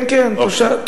כן, כן.